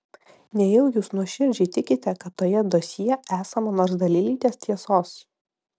nejau jūs nuoširdžiai tikite kad toje dosjė esama nors dalelytės tiesos